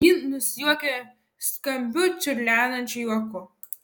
ji nusijuokė skambiu čiurlenančiu juoku